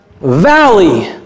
valley